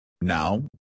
Now